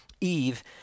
Eve